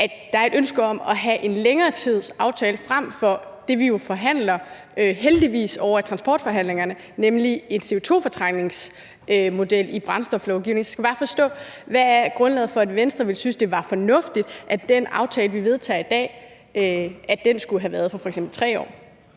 løber længere tid, frem for det, som vi jo heldigvis forhandler i transportforhandlingerne, nemlig en CO2-fortrængningsmodel i brændstoflovgivningen. Så jeg skal bare forstå: Hvad er grundlaget for, at Venstre ville synes, det var fornuftigt, at den aftale, vi vedtager i dag, skulle have været for f.eks.